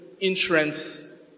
insurance